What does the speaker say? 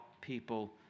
people